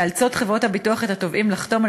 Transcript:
מאלצות חברות הביטוח את התובעים לחתום על